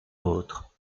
autre